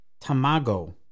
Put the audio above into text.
tamago